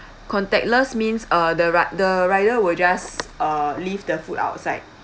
contactless means uh the ri~ the rider will just uh leave the food outside